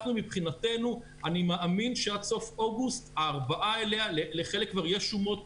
אני מאמין שעד סוף אוגוסט הארבע האלה לחלק כבר יש שומות,